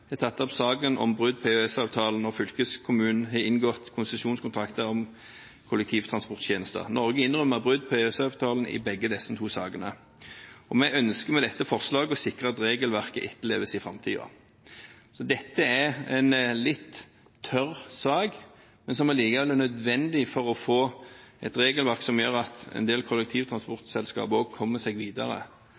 tatt opp saken om brudd på EØS-avtalen når fylkeskommunen har inngått konsesjonskontrakter om kollektivtransporttjenester. Norge innrømmer brudd på EØS-avtalen i begge disse to sakene. Vi ønsker med dette forslaget å sikre at regelverket etterleves i framtiden. Dette er en litt tørr sak, men som allikevel er nødvendig for å få et regelverk som gjør at en del kollektivtransportselskaper kommer seg videre.